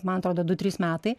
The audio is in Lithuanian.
man atrodo du trys metai